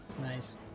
Nice